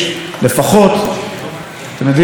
לא נותנים להם עונשים ארוכים כל כך,